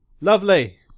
Lovely